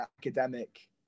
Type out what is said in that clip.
academic